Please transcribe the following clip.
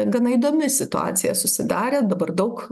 gana įdomi situacija susidarė dabar daug